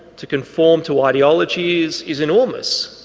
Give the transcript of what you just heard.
to conform to ideologies is enormous.